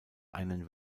einen